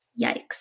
Yikes